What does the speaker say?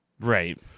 right